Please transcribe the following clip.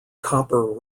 copper